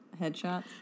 headshots